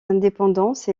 indépendance